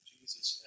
Jesus